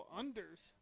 unders